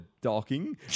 Docking